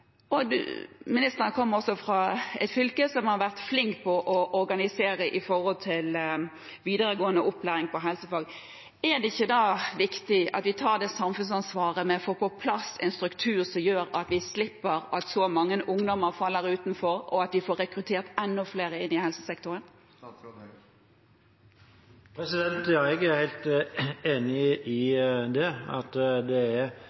uten formalkompetanse. Ministeren kommer fra et fylke som har vært flinke til å organisere den videregående opplæringen innen helsefag. Er det ikke da viktig at vi tar det samfunnsansvaret og får på plass en struktur som gjør at vi slipper at så mange ungdommer faller utenfor, og at vi får rekruttert enda flere inn i helsesektoren? Jeg er helt enig i at det er